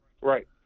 right